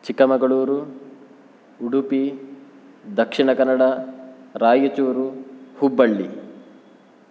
Chikkamagaluru Udupi Dakshina Kannada Raichuru Hubballi